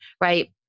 Right